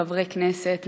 חברי כנסת,